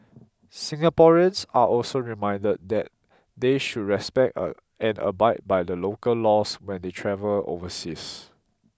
Singaporeans are also reminded that they should respect and abide by the local laws when they travel overseas